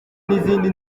n’izindi